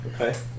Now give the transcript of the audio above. Okay